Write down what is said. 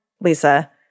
Lisa